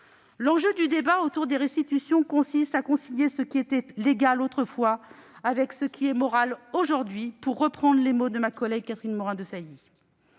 L'enjeu du débat autour des restitutions consiste à concilier ce qui était légal autrefois avec ce qui est moral aujourd'hui, pour reprendre les mots de ma collègue Catherine Morin-Desailly.